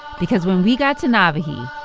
because when we got to nawahi,